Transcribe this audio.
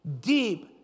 deep